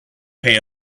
pay